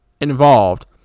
involved